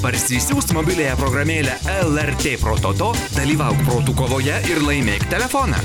parsisiųsti mobiliąją programėlę lrt prototo dalyvauk protų kovoje ir laimėk telefoną